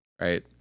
right